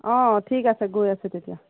অঁ ঠিক আছে গৈ আছে তেতিয়া